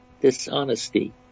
dishonesty